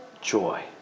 joy